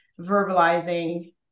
verbalizing